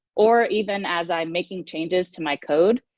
or even as i'm making changes to my code,